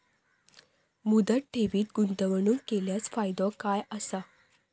मुदत ठेवीत गुंतवणूक केल्यास फायदो काय आसा?